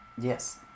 Yes